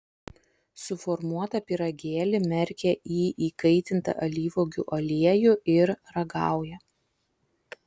suformuotą pyragėlį merkia į įkaitintą alyvuogių aliejų ir ragauja